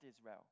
Israel